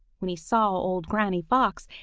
when he saw old granny fox,